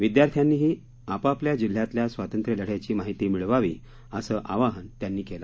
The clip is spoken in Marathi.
विद्यार्थयांनीही आपापल्या जिल्ह्यातल्या स्वातंत्र्यलढ्याची माहिती मिळवावी असं आवाहन त्यांनी केलं